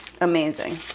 amazing